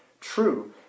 true